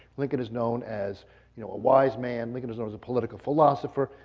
lincoln is known as you know a wise man. lincoln is known as a political philosopher.